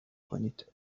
کنید